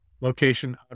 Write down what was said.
location